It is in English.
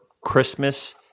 Christmas